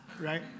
right